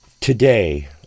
today